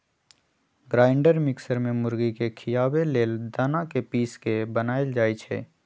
grinder mixer में मुर्गी के खियाबे लेल दना के पिस के बनाएल जाइ छइ